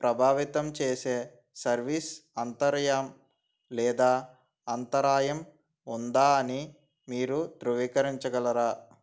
ప్రభావితం చేసే సర్వీస్ అంతరాయం లేదా అంతరాయం ఉందా అని మీరు ధృవీకరించగలరా